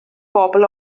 bobl